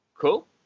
cool